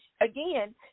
again